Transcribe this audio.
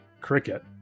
cricket